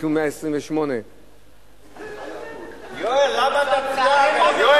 תיקון 128. חבר הכנסת חסון.